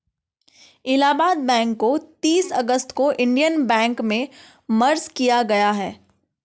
Allahabad bank को तीस अगस्त को इन्डियन बैंक में मर्ज किया गया है